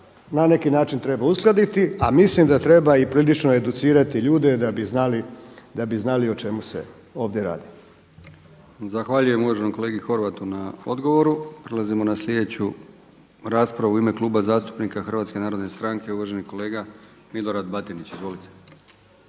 na neki način treba uskladiti, a mislim da treba prilično educirati ljude da bi znali o čemu se ovdje radi. **Brkić, Milijan (HDZ)** Zahvaljujem uvaženom kolegi Horvatu na odgovoru. Prelazimo na sljedeću raspravu. U ime Kluba zastupnika HNS-a uvaženi kolega Milorad Batinić. Izvolite.